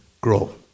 grow